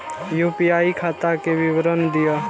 UPI खाता के विवरण दिअ?